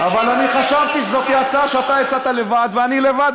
אבל אני חשבתי שזאת הצעה שהצעת לבד ואני לבד,